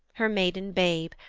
her maiden babe,